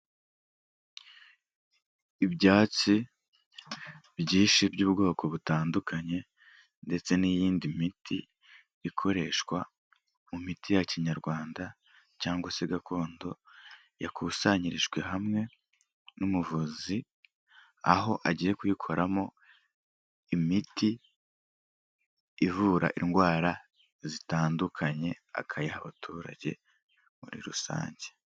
Ibyatsi byinshi by'ubwoko butandukanye ndetse n'iyindi miti ikoreshwa mu miti ya kinyarwanda cyangwa se gakondo, yakusanyirijwe hamwe n'umuvuzi, aho agiye kuyikoramo imiti ivura indwara zitandukanye, akayiha abaturage muri rusange.